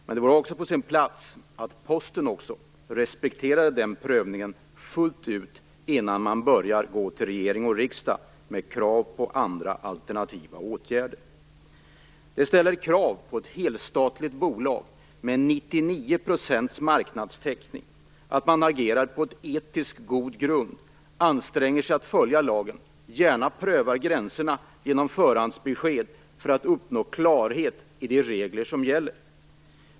Men det vore också på sin plats att Posten respekterade den prövningen fullt ut innan man börjar gå till regering och riksdag med krav på alternativa åtgärder. Det ställs krav på ett helstatligt bolag med marknadstäckning på 99 % att man agerar på etiskt god grund och att man anstränger sig för att följa lagen. Man får gärna pröva gränserna genom förhandsbesked för att uppnå klarhet om de regler som gäller.